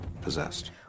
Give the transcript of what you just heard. possessed